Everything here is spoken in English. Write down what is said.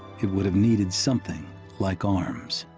it would have needed something like arms.